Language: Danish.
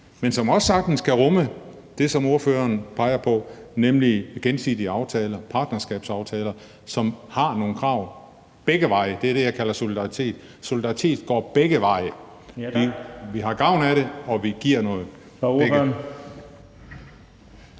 men som også sagtens kan rumme det, som ordføreren peger på, nemlig gensidige aftaler, partnerskabsaftaler, som har nogle krav begge veje. Det er det, jeg kalder solidaritet, for solidaritet går begge veje; vi har gavn af det, og vi giver noget.